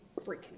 freaking